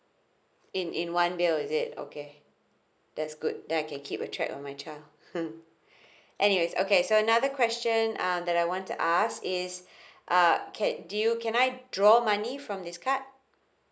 in in one bill is it okay that's good then I can keep a track on my child anyways so another question uh that I want to ask is uh can do you can I draw money from this card